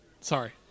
sorry